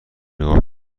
نگاه